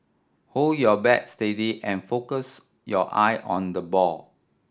hold your bat steady and focus your eye on the ball